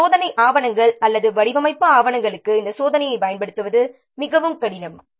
இந்த சோதனை ஆவணங்கள் அல்லது வடிவமைப்பு ஆவணங்களுக்கு இந்த சோதனையைப் பயன்படுத்துவது மிகவும் கடினம்